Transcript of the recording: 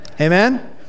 Amen